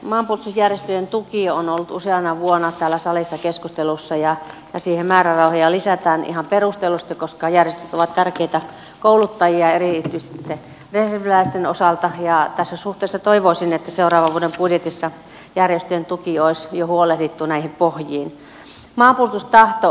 maanpuolustusjärjestöjen tuki on ollut useana vuonna täällä salissa keskustelussa ja siihen määrärahoja lisätään ihan perustellusti koska järjestöt ovat tärkeitä kouluttajia erityisesti reserviläisten osalta ja tässä suhteessa toivoisin että seuraavan vuoden budjetissa järjestöjen tuki olisi jo huolehdittu näihin pohjiin